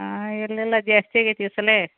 ಹಾಂ ಇಲ್ಲ ಇಲ್ಲ ಜಾಸ್ತಿ ಆಗೈತೆ ಈ ಸಲ